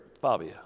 Fabio